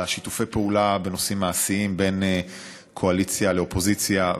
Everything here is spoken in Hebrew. לשיתופי הפעולה בנושאים מעשיים בין קואליציה לאופוזיציה.